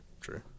true